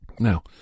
Now